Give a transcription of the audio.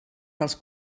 dels